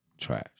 trash